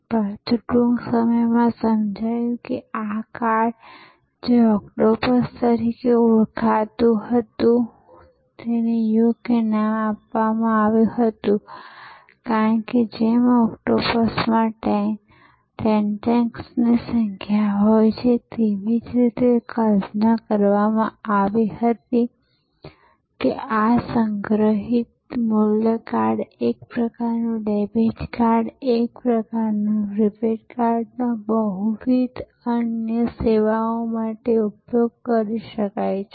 પરંતુ ટૂંક સમયમાં સમજાયું કે આ કાર્ડ જે ઓક્ટોપસ તરીકે ઓળખાતું હતું અને યોગ્ય નામ આપવામાં આવ્યું હતું કારણ કે જેમ ઓક્ટોપસમાં ટેન્ટેકલ્સની સંખ્યા હોય છે તેવી જ રીતે કલ્પના કરવામાં આવી હતી કે આ સંગ્રહિત મૂલ્ય કાર્ડ એક પ્રકારનું ડેબિટ કાર્ડ એક પ્રકારનું પ્રીપેડ કાર્ડનો બહુવિધ અન્ય સેવાઓ માટે ઉપયોગ કરી શકાય છે